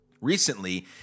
Recently